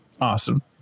Awesome